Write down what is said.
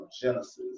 Genesis